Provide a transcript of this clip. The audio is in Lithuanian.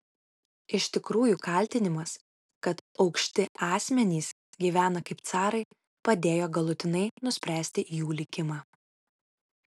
iš tikrųjų kaltinimas kad aukšti asmenys gyvena kaip carai padėjo galutinai nuspręsti jų likimą